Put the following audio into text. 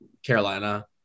Carolina